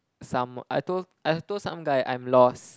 some I told I told some guy I am lost